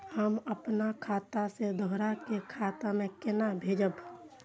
हम आपन खाता से दोहरा के खाता में केना भेजब?